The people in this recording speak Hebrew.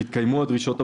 יתקיימו הדרישות הבאות:"